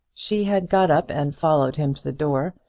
she had got up and followed him to the door,